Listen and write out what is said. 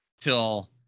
till